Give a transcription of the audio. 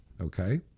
Okay